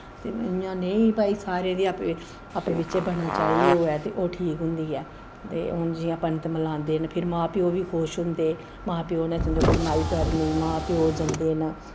इ'यां नेईं भाई सारें दे अपने आपूं बिच्चें बनाऽ चाही होऐ ते ओह् ठीक होंदी ऐ हून जि'यां पंत मलांदे न फिर मां प्योऽ बी खुश होंदे मां प्यो ने समझो कड़माई करनी मां प्यो जंदे न